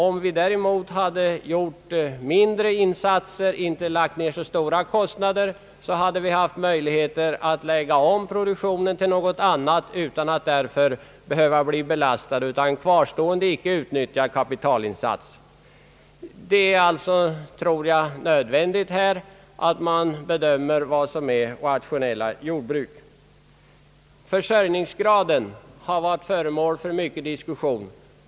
Om vi däremot hade gjort mindre insatser och:inte lagt ner så stora kostnader, "hade vi haft möjlighet att lägga om produktionen till något annat utan att därför behöva belastas av en kvarstående icke utnyttjad kapitalinsats.l cr Det är "därför, tror jag, nödvändigt att söka "bedöma vad som verkligen är rationellt jordbruk. Försörjningsgraden har varit föremål för mycken diskussion.